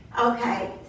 Okay